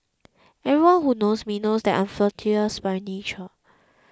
everyone who knows me knows that I flirtatious by nature